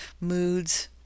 moods